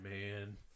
man